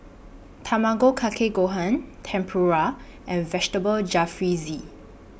Tamago Kake Gohan Tempura and Vegetable Jalfrezi